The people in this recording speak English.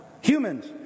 Humans